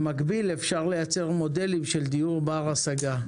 במקביל אפשר לייצר מודלים של דיור בר השגה.